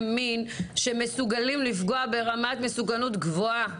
מין שמסוגלים לפגוע ברמת מסוכנות גבוהה.